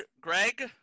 Greg